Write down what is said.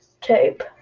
tape